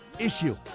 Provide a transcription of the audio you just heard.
issue